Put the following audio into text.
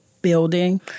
building